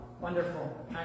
Wonderful